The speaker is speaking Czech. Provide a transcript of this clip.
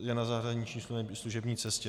Je na zahraniční služební cestě.